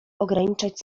ograniczać